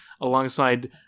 alongside